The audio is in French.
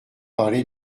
parlé